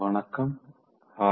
வணக்கம் ஹாய்